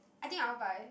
I think I want buy